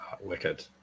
wicked